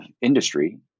industry